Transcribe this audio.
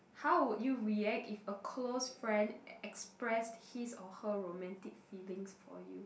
how would you react if a close friend express his or her romantic feelings for you